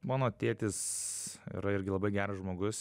mano tėtis yra irgi labai geras žmogus